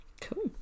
cool